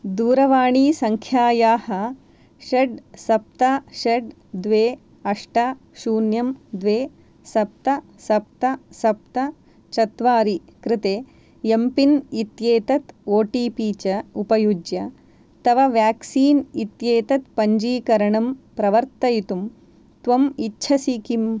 दूरवाणीसङ्ख्यायाः षड् सप्त षड् द्वे अष्ट शून्यं द्वे सप्त सप्त सप्त चत्वारि कृते एम्पिन् इत्येतत् ओ टि पि च उपयुज्य तव व्याक्सीन् इत्येतत् पञ्जीकरणं प्रवर्तयितुं त्वम् इच्छसि किम्